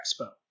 Expo